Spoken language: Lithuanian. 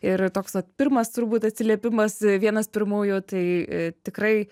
ir toks vat pirmas turbūt atsiliepimas vienas pirmųjų tai tikrai